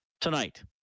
tonight